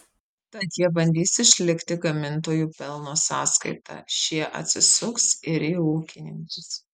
tad jie bandys išlikti gamintojų pelno sąskaita šie atsisuks ir į ūkininkus